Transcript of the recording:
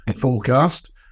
forecast